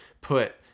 put